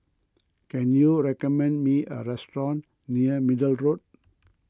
can you recommend me a restaurant near Middle Road